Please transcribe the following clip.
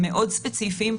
המאוד ספציפיים,